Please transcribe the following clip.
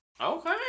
Okay